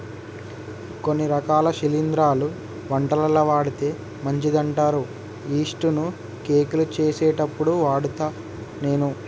కొన్ని రకాల శిలింద్రాలు వంటలల్ల వాడితే మంచిదంటారు యిస్టు ను కేకులు చేసేప్పుడు వాడుత నేను